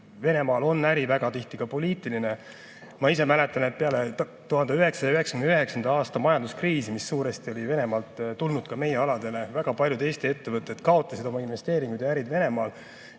Venemaal on äri väga tihti ka poliitiline. Ma ise mäletan, et peale 1999. aasta majanduskriisi, mis suuresti oli Venemaalt tulnud ka meie aladele, kaotasid väga paljud Eesti ettevõtted oma investeeringud ja ärid Venemaal